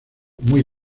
muy